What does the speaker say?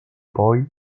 poi